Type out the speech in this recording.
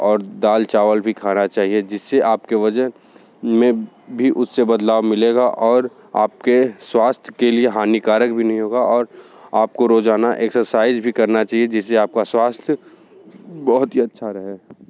और दाल चावल भी खाना चाहिए जिससे आपके वज़न में भी उससे बदलाव मिलेगा और आपके स्वास्थ्य के लिए हानिकारक भी नहीं होगा और आपको रोज़ाना एक्सरसाइज़ भी करना चाहिए जिससे आपका स्वास्थ्य बहुत ही अच्छा रहे